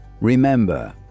Remember